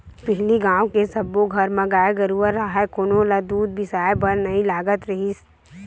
पहिली गाँव के सब्बो घर म गाय गरूवा राहय कोनो ल दूद बिसाए बर नइ लगत रिहिस